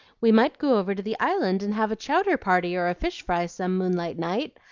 we might go over to the island and have a chowder-party or a fish-fry some moonlight night.